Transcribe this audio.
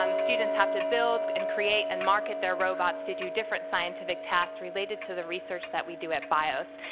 um students have to build and create and market their robots to do different scientific tasks related to the research that we do at bios.